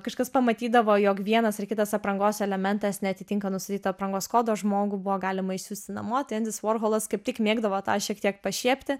kažkas pamatydavo jog vienas ir kitas aprangos elementas neatitinka nustatyto aprangos kodo žmogų buvo galima išsiųsti namo tai endis vorholas kaip tik mėgdavo tą šiek tiek pašiepti